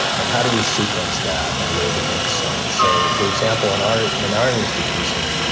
and how do we sequence that in a way that makes sense. so, for example, in art in our institution,